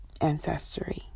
ancestry